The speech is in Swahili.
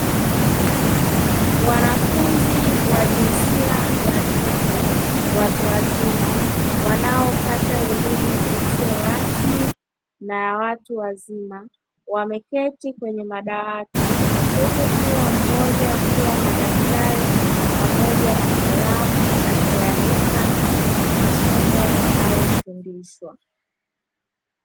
Wanafunzi wa jinsia ya kike, watu wazima wanaopata elimu isiyo rasmi na watu wazima wameketi kwenye madawati huku kila mmoja akiwa na daftari pamoja na kalamu akiandika masomo wanayo fundishwa.